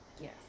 yes